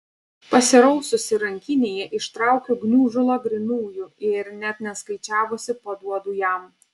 pasiraususi rankinėje ištraukiu gniužulą grynųjų ir net neskaičiavusi paduodu jam